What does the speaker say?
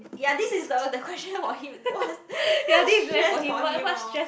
ya this is the the question for him what stress for him lor